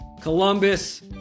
Columbus